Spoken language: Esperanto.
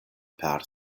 per